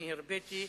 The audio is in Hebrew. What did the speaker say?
אני הרביתי,